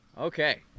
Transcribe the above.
Okay